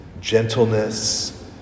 gentleness